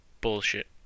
bullshit